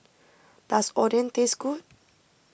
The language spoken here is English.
does Oden taste good